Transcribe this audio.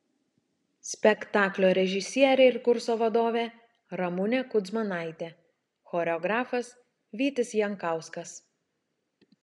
spektaklio režisierė ir kurso vadovė ramunė kudzmanaitė choreografas vytis jankauskas